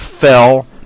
fell